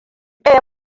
ɗaya